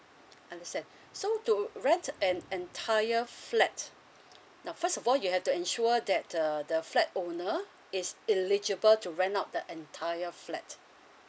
understand so to rent an entire flat now first of all you have to ensure that the the flat owner is illegible to rent out the entire flat